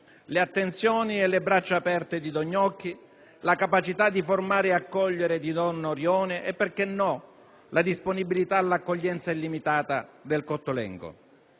le attenzioni e le braccia aperte di Don Gnocchi, la capacità di formare e accogliere di Don Orione e - perché no? - la disponibilità all'accoglienza illimitata del Cottolengo.